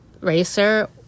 racer